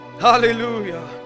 hallelujah